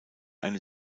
eine